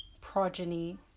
progeny